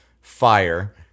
fire